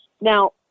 Now